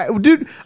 dude